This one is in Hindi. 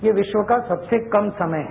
ये विश्व का सबसे कम समय है